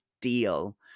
deal